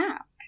ask